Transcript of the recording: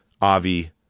Avi